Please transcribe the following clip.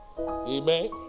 amen